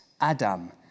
Adam